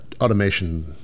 automation